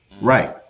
Right